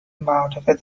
معارف